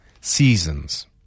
seasons